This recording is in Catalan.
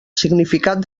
significat